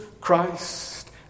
Christ